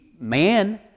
man